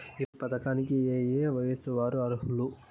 ఈ పథకానికి ఏయే వయస్సు వారు అర్హులు?